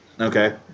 Okay